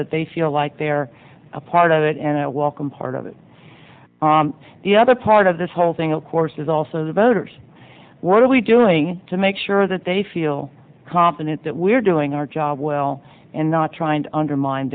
that they feel like they're a part of it and i welcome part of it the other part of this whole thing of course is also the voters what are we doing to make sure that they feel confident that we're doing our job well and not trying to undermine